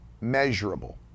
measurable